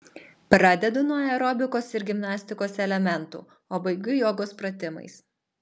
pradedu nuo aerobikos ir gimnastikos elementų o baigiu jogos pratimais